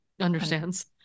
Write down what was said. understands